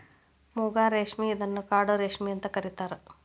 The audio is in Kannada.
ಮೂಗಾ ರೇಶ್ಮೆ ಇದನ್ನ ಕಾಡು ರೇಶ್ಮೆ ಅಂತ ಕರಿತಾರಾ